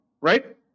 right